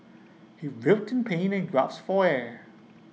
he real ten in pain and gasped for air